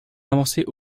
avancées